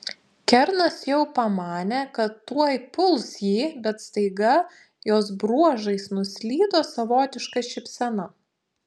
kernas jau pamanė kad tuoj puls jį bet staiga jos bruožais nuslydo savotiška šypsena